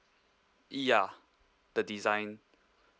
ya the design